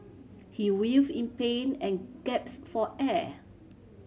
he writhed in pain and gaps for air